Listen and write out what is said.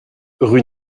rue